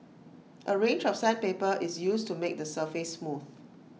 A range of sandpaper is used to make the surface smooth